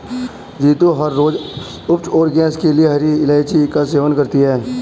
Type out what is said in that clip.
रितु हर रोज अपच और गैस के लिए हरी इलायची का सेवन करती है